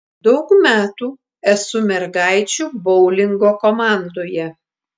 daug metų esu mergaičių boulingo komandoje